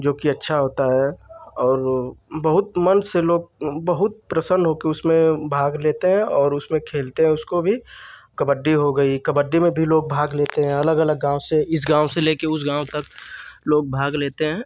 जोकि अच्छा होता है और बहुत मन से लोग बहुत प्रसन्न होकर उसमें भाग लेते हैं और उसमें खेलते हैं उसको भी कबड्डी हो गई कबड्डी में भी लोग भाग लेते हैं अलग अलग गाँव से इस गाँव से लेकर उस गाँव तक के लोग भाग लेते हैं